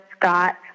Scott